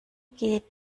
geht